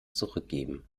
zurückgeben